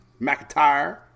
McIntyre